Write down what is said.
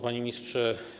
Panie Ministrze!